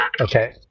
Okay